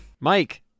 Mike